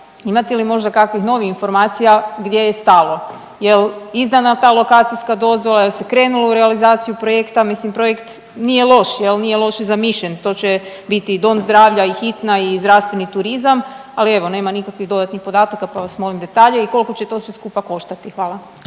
Imate li možda kakvih novih informacija gdje je stalo, jel izdana ta lokacijska dozvola, jel se krenulo u realizaciju projekta, mislim projekt nije loš jel, nije loše zamišljen to će biti i dom zdravlja i hitna i zdravstveni turizam, ali evo nema nikakvih dodatnih podataka pa vam molim detalje i koliko će to sve skupa koštati.